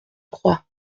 crois